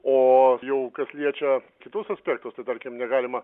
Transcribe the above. o jau kas liečia kitus aspektus tai tarkim negalima